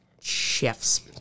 Chefs